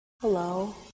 Hello